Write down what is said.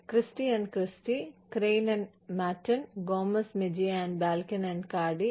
Christy Christy Christy Christy Crane Matten Crane Matten Gomez Mejia Balkin Cardy Gomez Mejia Balkin Cardy